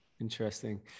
Interesting